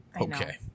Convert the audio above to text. Okay